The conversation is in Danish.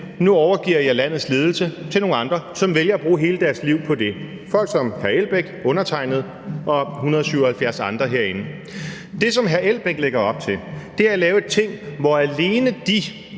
nu overgiver jeg landets ledelse til nogle andre, som vælger at bruge hele deres liv på det – folk som hr. Uffe Elbæk, undertegnede og 177 andre herinde. Det, som hr. Uffe Elbæk lægger op til, er at lave et ting, hvor alene de,